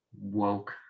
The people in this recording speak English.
woke